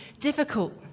difficult